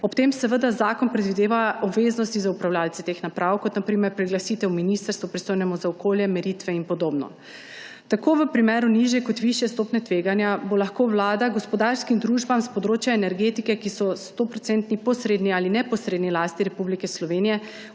Ob tem zakon predvideva obveznosti za upravljavce teh naprav, kot na primer priglasitev ministrstvu, pristojnemu za okolje, meritve in podobno. Tako v primeru nižje kot višje stopnje tveganja bo lahko vlada gospodarskim družbam s področja energetike, ki so v 100 % posredni ali neposredni lasti Republike Slovenije,